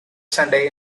sunday